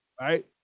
Right